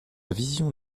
vision